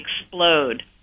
explode